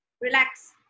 relax